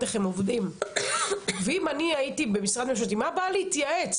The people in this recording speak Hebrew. איך הם עובדים ואם אני הייתי במשרד ממשלתי מה הבעיה להתייעץ,